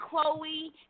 Chloe